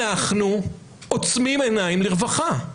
אנחנו עוצמים עיניים לרווחה.